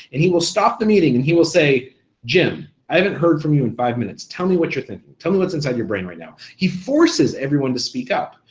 and he will stop the meeting and he will say jim, i haven't heard from you in five minutes, tell me what you're thinking, tell me what's inside your brain right now. he forces everyone to speak up,